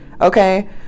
Okay